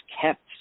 kept